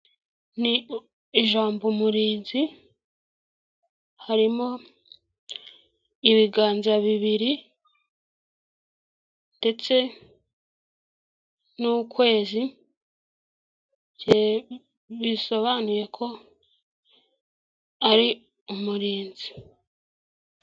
Ni ijambo umurinzi harimo ibiganza bibiri ndetse n'ukwezi bisobanuye ko ari umurinzi.